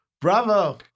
Bravo